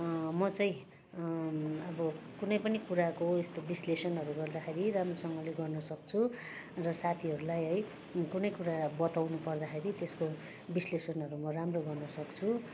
म चाहिँ अब कुनै पनि कुराको यस्तो विश्लेषणहरू गर्दाखेरि राम्रसँगले गर्नसक्छु र साथीहरूलाई है कुनै कुरा बताउनुपर्दाखेरि त्यसको विश्लेषणहरू म राम्रो गर्नसक्छु